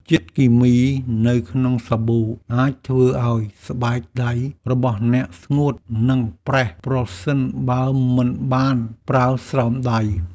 ជាតិគីមីនៅក្នុងសាប៊ូអាចធ្វើឱ្យស្បែកដៃរបស់អ្នកស្ងួត និងប្រេះប្រសិនបើមិនបានប្រើស្រោមដៃ។